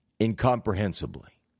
Incomprehensibly